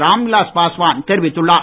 ராம்விலாஸ் பாஸ்வான் தெரிவித்துள்ளார்